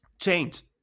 changed